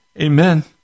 Amen